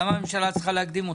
למה הממשלה צריכה להקדים אותנו?